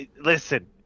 Listen